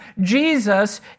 Jesus